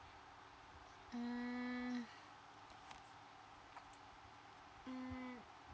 mm mm